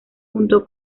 junto